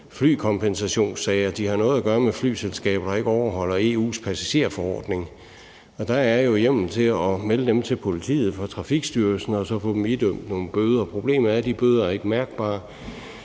Flykompensationssager har noget at gøre med flyselskaber, der ikke overholder EU's passagerforordning, og der er jo hjemmel til at melde dem til politiet for Trafikstyrelsen og få dem idømt nogle bøder. Problemet er, at de bøder ikke er mærkbare,